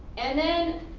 and then,